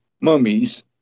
mummies